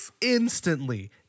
instantly